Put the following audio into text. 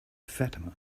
fatima